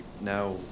now